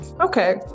okay